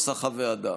האופוזיציה,